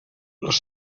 les